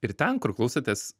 ir ten kur klausotės